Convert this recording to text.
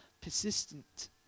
persistent